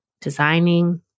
designing